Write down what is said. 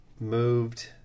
moved